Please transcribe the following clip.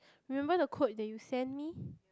remember the quote that you send me